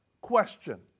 Question